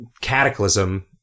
Cataclysm